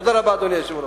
תודה רבה, אדוני היושב-ראש.